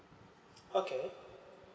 okay